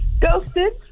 ghosted